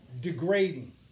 degrading